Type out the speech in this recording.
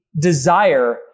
desire